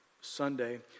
Sunday